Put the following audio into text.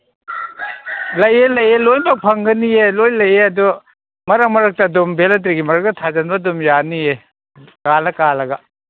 ꯂꯩꯌꯦ ꯂꯩꯌꯦ ꯂꯣꯏꯅ ꯐꯪꯒꯅꯤꯌꯦ ꯂꯣꯏ ꯂꯩꯌꯦ ꯑꯗꯨ ꯃꯔꯛ ꯃꯔꯛꯇ ꯑꯗꯨꯝ ꯕꯦꯂꯟꯗ꯭ꯔꯤꯒꯤ ꯃꯔꯛꯇ ꯊꯥꯖꯤꯟꯕ ꯑꯗꯨꯝ ꯌꯥꯅꯤꯌꯦ ꯀꯥꯜꯂ ꯀꯥꯜꯂꯒ